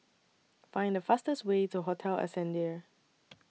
Find The fastest Way to Hotel Ascendere